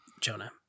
Jonah